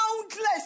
Countless